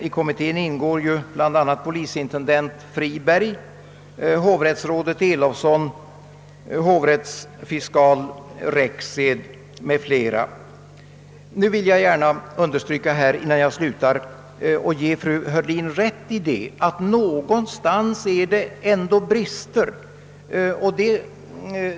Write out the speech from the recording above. I den ingår bl.a. polisintendenten Friberg, hovrättsrådet Elowson och hovrättsfiskal Rexed. Innan jag slutar vill jag gärna ge fru Heurlin rätt i att det ändå brister någonstans.